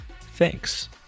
Thanks